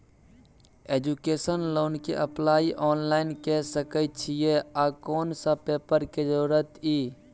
Education loan के apply online के सके छिए आ कोन सब पेपर के जरूरत इ?